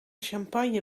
champagne